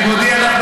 אני מודיע לך,